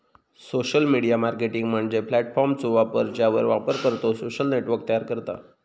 social media marketing म्हणजे प्लॅटफॉर्मचो वापर ज्यावर वापरकर्तो सोशल नेटवर्क तयार करता